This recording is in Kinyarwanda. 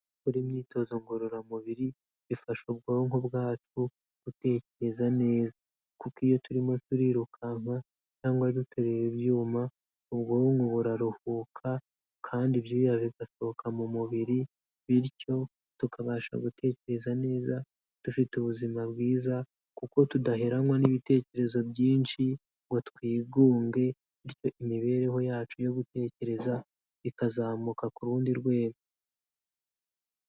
Gukora imyitozo ngororamubiri bifasha ubwonko bwacu nko gutekereza neza. Kuko iyo turimo turirukanka cyangwa duterura ibyuma ubwonko buraruhuka kandi ibyuya bigasohoka mu mubiri, bityo tukabasha gutekereza neza dufite ubuzima bwiza kuko tudaheranwa n'ibitekerezo byinshi ngo twigunge bityo imibereho yacu yo gutekereza ikazamuka ku rundi rwego.